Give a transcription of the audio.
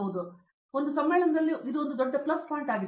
ಆದ್ದರಿಂದ ಇದು ಒಂದು ಸಮ್ಮೇಳನದಲ್ಲಿ ಒಂದು ದೊಡ್ಡ ಪ್ಲಸ್ ಪಾಯಿಂಟ್ ಆಗಿದೆ